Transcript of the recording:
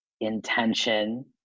intention